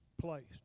placed